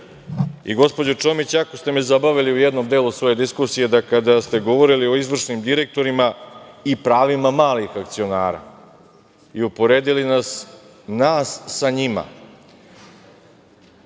Gospođo Čomić, jako ste me zabavili u jednom delu svoje diskusije, kada ste govorili o izvršnim direktorima i pravima malih akcionara i uporedili nas sa njima.